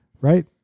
right